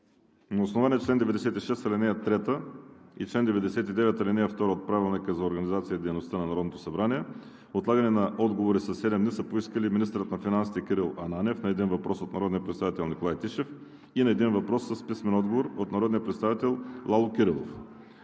На основание чл. 96, ал. 3 и чл. 99, ал. 2 от Правилника за организацията и дейността на Народното събрание отлагане на отговори със седем дни са поискали: - министърът на финансите Кирил Ананиев – на един въпрос от народния представител Николай Тишев и на един въпрос с писмен отговор от народния представител Лало Кирилов;